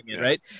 right